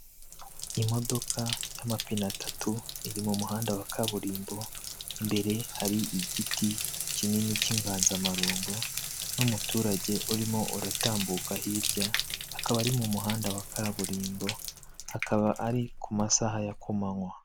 Imodoka y'amapine atatu iri mu muhanda wa kaburimbo, imbere hari igiti kinini cy'inganzamarumbo n'umuturage urimo uratambuka hirya akaba ari mu muhanda wa kaburimbo akaba ari ku masaha ya kumanywa.